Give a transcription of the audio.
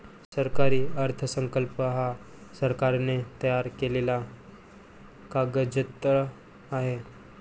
सरकारी अर्थसंकल्प हा सरकारने तयार केलेला कागदजत्र आहे